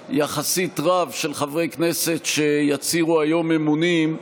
רב יחסית של חברי כנסת שיצהירו היום אמונים,